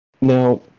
Now